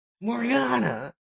Morgana